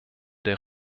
der